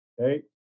okay